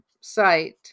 site